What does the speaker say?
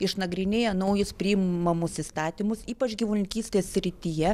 išnagrinėję naujus priimamus įstatymus ypač gyvulininkystės srityje